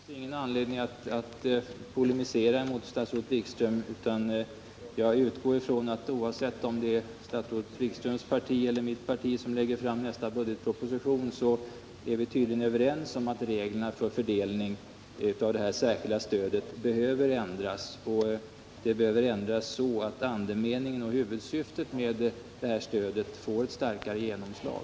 Herr talman! Jag har ingen anledning att polemisera mot statsrådet Wikström, utan jag tar fasta på att vi, oavsett om det är statsrådet Wikströms eller mitt parti som lägger fram nästa budgetproposition, tydligen är överens om att reglerna för fördelning av det särskilda vuxenstudiestödet behöver ändras och att de behöver ändras så, att huvudsyftet med stödet får ett starkare genomslag.